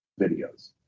videos